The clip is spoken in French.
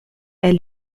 est